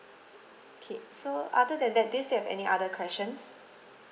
okay so other than that is there any other questions